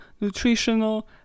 nutritional